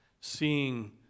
seeing